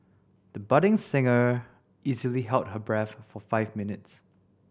the budding singer easily held her breath for five minutes